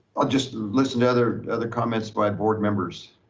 i'll just listen to other other comments by board members.